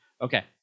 Okay